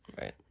Right